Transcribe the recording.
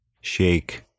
shake